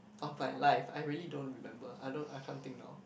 all my life I really don't remember I don't I can't think now